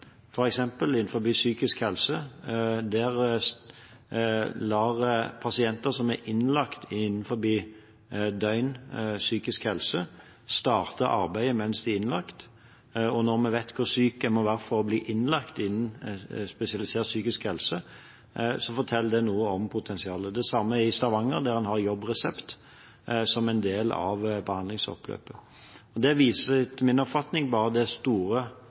psykisk helse, lar pasienter som er innlagt på døgnplass, starte å arbeide mens de er innlagt, og når vi vet hvor syk en må være for å bli innlagt innen spesialisert psykisk helse, så forteller det noe om potensialet. Det samme gjelder i Stavanger, der en har jobbresept som en del av behandlingsforløpet. Det viser etter min oppfatning bare det store,